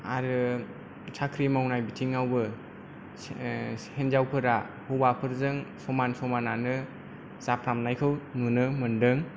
आरो साख्रि मावनाय बिथिङावबो हिन्जावफोरा हौवाफोरजों समान समानआनो जाफ्रामनायखौ नुनो मोनदों